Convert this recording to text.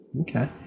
Okay